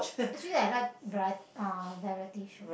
actually I like variety uh variety show